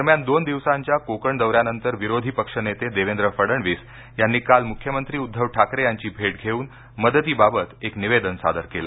दरम्यान दोन दिवसांच्या कोकण दौऱ्यानंतर विरोधी पक्ष नेते देवेंद्र फडणवीस यांनी काल म्ख्यमंत्री उद्धव ठाकरे यांची भेट घेऊन मदतीबाबत एक निवेदन सादर केलं